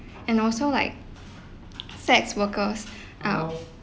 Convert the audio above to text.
and also like sex workers uh